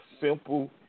simple